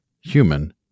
human